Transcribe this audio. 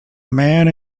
man